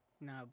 No